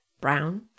Brown